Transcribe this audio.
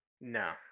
No